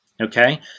Okay